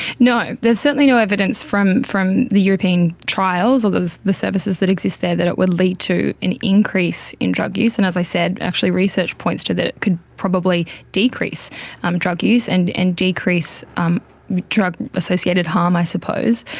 no, there's certainly no evidence from from the european trials or the services that exists there that it would lead to an increase in drug use. and, as i said, actually research points to that it could probably decrease um drug use and and decrease um drug associated harm, i suppose.